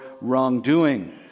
wrongdoing